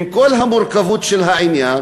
עם כל המורכבות של העניין,